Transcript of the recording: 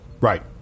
Right